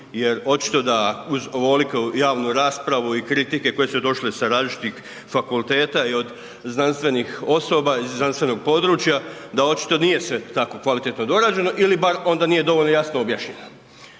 Jer očito da uz ovoliku javnu raspravu i kritike koje su došle sa različitih fakulteta i od znanstvenih osoba iz znanstvenog područja, da očito nije sve tako kvalitetno dorađeno ili bar onda nije dovoljno jasno objašnjeno.